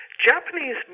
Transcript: Japanese